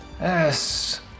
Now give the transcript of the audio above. Yes